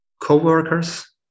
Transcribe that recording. co-workers